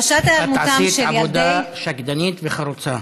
עשית עבודה שקדנית וחרוצה.